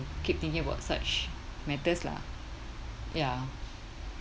keep thinking about such matters lah ya